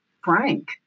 Frank